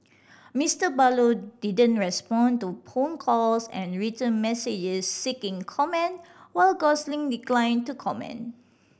Mister Barlow didn't respond to phone calls and written messages seeking comment while Gosling declined to comment